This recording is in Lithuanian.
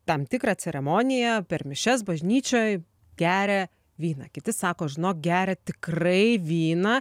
tam tikrą ceremoniją per mišias bažnyčioj geria vyną kiti sako žinok geria tikrai vyną